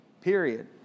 period